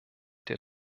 der